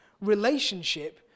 relationship